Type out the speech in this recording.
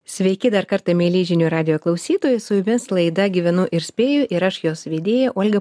sveiki dar kartą mielieji žinių radijo klausytojai su jumis laida gyvenu ir spėju ir aš jos vedėja olga